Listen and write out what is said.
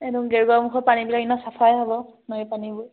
একদম গেৰুকামুখৰ পানীবিলাক এনেও চাফাই হ'ব নৈ পানীবোৰ